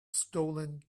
stolen